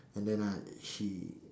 and then uh she